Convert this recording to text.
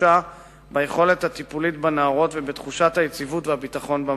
קשה ביכולת הטיפולית בנערות ובתחושת היציבות והביטחון במקום.